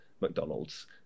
McDonald's